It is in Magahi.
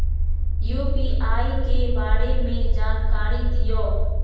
यू.पी.आई के बारे में जानकारी दियौ?